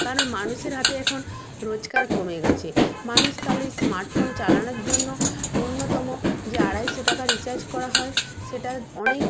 কারণ মানুষের হাতে এখন রোজগার কমে গেছে মানুষ তাহলে স্মার্ট ফোন চালানোর জন্য ন্যূনতম যে আড়াইশো টাকা রিচার্জ করা হয় সেটা অনেক